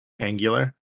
angular